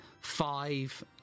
five